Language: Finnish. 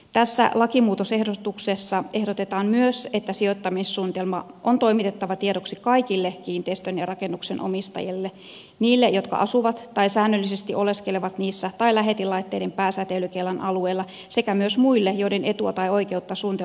tässä lakimuutosehdotuksessa ehdotetaan myös että sijoittamissuunnitelma on toimitettava tiedoksi kaikille kiinteistön ja rakennuksen omistajille heille jotka asuvat tai säännöllisesti oleskelevat niissä tai lähetinlaitteiden pääsäteilykeilan alueella sekä myös muille joiden etua tai oikeutta suunnitelma koskee